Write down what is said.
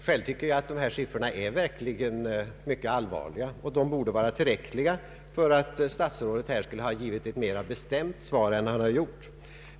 Själv tycker jag att dessa siffror verkligen är mycket allvarliga. De borde ha varit tillräckliga för att statsrådet här skulle ha givit ett mera bestämt svar än vad han har gjort.